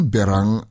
Berang